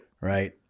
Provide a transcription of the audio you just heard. Right